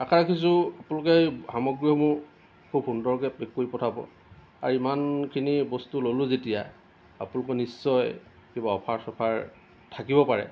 আশা ৰাখিছোঁ আপোনলোকে সামগ্ৰীসমূহ খুব সুন্দৰকৈ পেক কৰি পঠাব আৰু ইমানখিনি বস্তু ল'লোঁ যেতিয়া আপোনলোকে নিশ্চয় কিবা অফাৰ চফাৰ থাকিব পাৰে